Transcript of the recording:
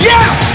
Yes